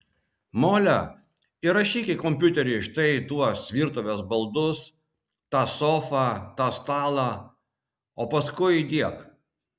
mole įrašyk į kompiuterį štai tuos virtuvės baldus tą sofą tą stalą o paskui įdiek